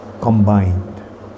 combined